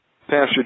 Pastor